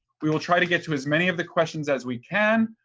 we will try to get to as many of the questions as we can.